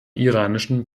iranischen